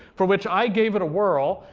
for which i gave it a whirl,